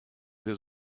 his